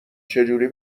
چجوری